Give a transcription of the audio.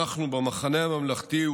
אנחנו במחנה הממלכתי,